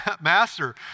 Master